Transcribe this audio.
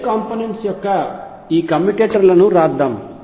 L components యొక్క ఈ commutator లను వ్రాద్దాం